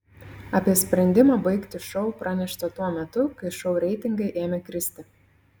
apie sprendimą baigti šou pranešta tuo metu kai šou reitingai ėmė kristi